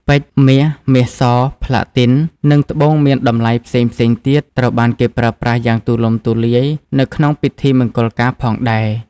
ពេជ្រ មាស មាសស ប្លាទីន និង ត្បូងមានតម្លៃផ្សេងៗទៀត ត្រូវបានគេប្រើប្រាស់យ៉ាងទូលំ ទូលាយនៅក្នុងពិធីមង្គលការផងដែរ។